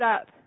up